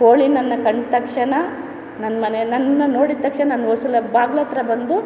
ಕೋಳಿ ನನ್ನ ಕಂಡ ತಕ್ಷಣ ನನ್ನ ಮನೆ ನನ್ನ ನೋಡಿದ ತಕ್ಷಣ ನನ್ನ ಹೊಸ್ತಿಲ ಬಾಗ್ಲ ಹತ್ತಿರ ಬಂದು